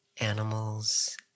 animals